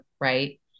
Right